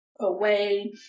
away